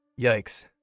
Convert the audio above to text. Yikes